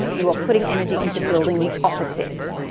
you are putting energy into building the opposite.